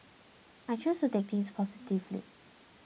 I choose to take things positively